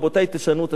תשנו את השם,